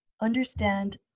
understand